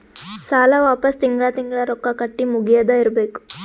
ಸಾಲ ವಾಪಸ್ ತಿಂಗಳಾ ತಿಂಗಳಾ ರೊಕ್ಕಾ ಕಟ್ಟಿ ಮುಗಿಯದ ಇರ್ಬೇಕು